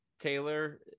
taylor